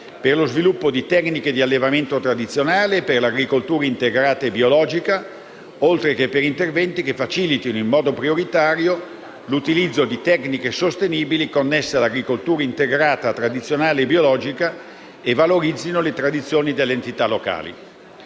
per lo sviluppo di tecniche di allevamento tradizionale e per l'agricoltura integrata e biologica, oltre che per interventi che facilitino in modo prioritario l'utilizzo di tecniche sostenibili connesse all'agricoltura integrata, tradizionale e biologica e valorizzino la tradizione delle entità locali.